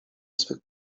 swych